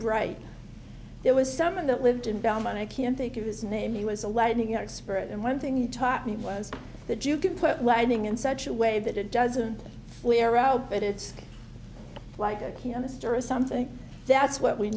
bright there was some of that lived in belmont i can think of his name he was a lightening expert and one thing he taught me was that you can put lightning in such a way that it doesn't wear out but it's like a king on this tour is something that's what we